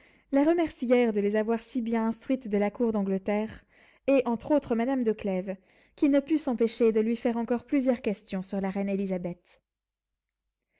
la remercièrent de les avoir si bien instruites de la cour d'angleterre et entre autres madame de clèves qui ne put s'empêcher de lui faire encore plusieurs questions sur la reine élisabeth